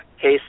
case